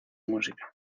música